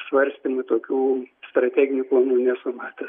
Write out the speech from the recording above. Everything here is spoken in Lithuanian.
svarstymų tokių strateginių planų nesu matęs